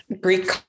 Greek